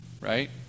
right